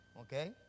Okay